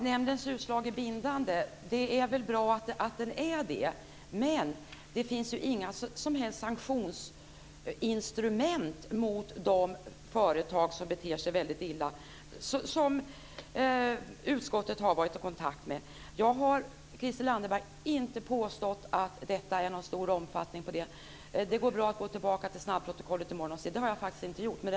Fru talman! Det är väl bra att nämndens utslag är bindande, men det finns ju inga som helst sanktionsinstrument mot de företag som beter sig väldigt illa som utskottet har varit i kontakt med. Jag har inte påstått att detta förekommer i någon stor omfattning. Det går bra att gå till snabbprotokollet i morgon och se att jag inte har sagt det.